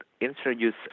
introduce